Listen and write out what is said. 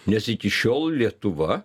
nes iki šiol lietuva